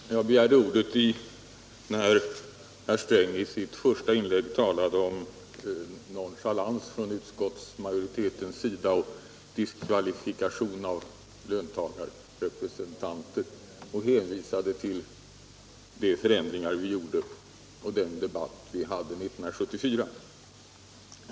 Herr talman! Jag begärde ordet när herr Sträng i sitt första inlägg talade om nonchalans från utskottsmajoritetens sida och diskvalifikation av löntagarrepresentanter samt hänvisade till de förändringar vi gjorde 1974.